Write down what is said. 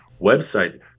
website